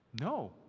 No